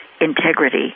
integrity